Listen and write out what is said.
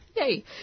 yay